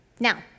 Now